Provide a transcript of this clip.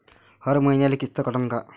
हर मईन्याले किस्त कटन का?